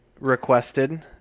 requested